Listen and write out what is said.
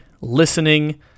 listening